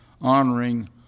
honoring